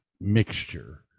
mixture